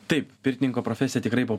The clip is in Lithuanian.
taip pirtininko profesija tikrai po